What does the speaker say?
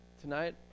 Tonight